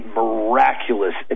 miraculous